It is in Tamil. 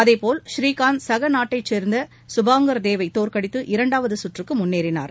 அதேபோல் ஸ்ரீகாந்த் சக நாட்டைச் சேர்ந்த கபாங்கள் தேவ் ஐ தோற்கடித்து இரண்டாவது கற்றுக்கு முன்னேறினார்